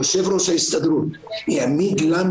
יושב ראש ההסתדרות העמיד לנו,